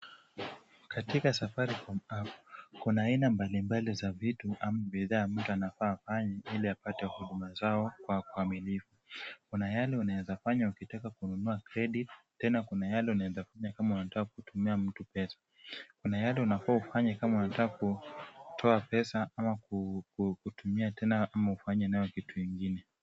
Katika safaricom app kuna aina mbalimbali za vitu ama bidhaa mtu anafaa afanye ili apate huduma zao kwa ukamilifu. Kuna yale unaeza fanya ukitaka kununua credit tena kuna yale unaeza fanya kama unataka kutumia mtu pesa. Kuna yale unafaa ufanye kama unataka kutoa pesa ama kutumia tena ama ufanye nayo kitu ingine.